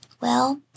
Well